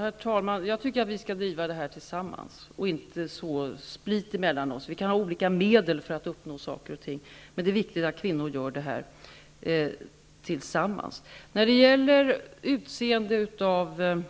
Herr talman! Jag tycker att vi skall driva jämställdhetsfrågorna tillsammans och inte utså split mellan oss. Vi kan ha olika medel för att uppnå saker och ting, men det är viktigt att kvinnor gör det här arbetet tillsammans. När det gäller utseende av personer